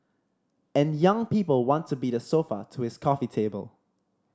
and young people want to be the sofa to his coffee table